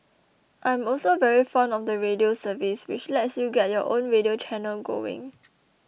I am also very fond of the Radio service which lets you get your own radio channel going